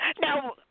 Now